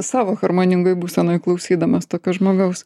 savo harmoningoj būsenoj klausydamas tokio žmogaus